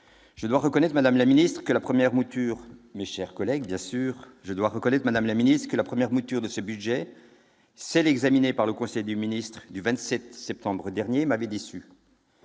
je dois reconnaître, madame la ministre, que la « première mouture » de ce budget, celle qui a été examinée par le Conseil des ministres du 27 septembre dernier, m'avait déçu.